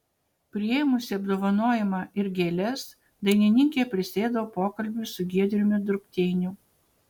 priėmusi apdovanojimą ir gėles dainininkė prisėdo pokalbiui su giedriumi drukteiniu